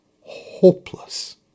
hopeless